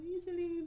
easily